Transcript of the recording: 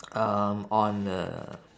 um on uh